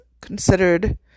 considered